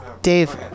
Dave